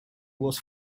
was